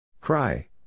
Cry